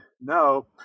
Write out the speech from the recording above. No